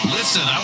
Listen